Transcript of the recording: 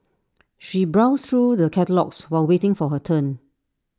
she browsed through the catalogues while waiting for her turn